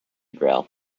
grail